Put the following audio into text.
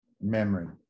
memory